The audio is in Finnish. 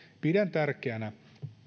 pidän tärkeänä